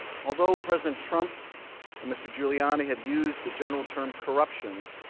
although president trump and mr. giuliani have use the general term corruption,